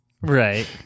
Right